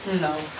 No